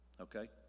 okay